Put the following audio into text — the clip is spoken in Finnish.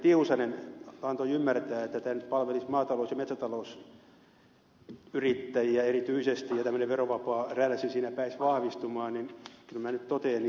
tiusanen antoi ymmärtää että tämä nyt palvelisi maa ja metsätalousyrittäjiä erityisesti ja tämmöinen verovapaa rälssi siinä pääsisi vahvistumaan niin kyllä minä nyt totean niin kuin ed